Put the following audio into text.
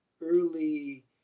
early